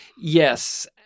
yes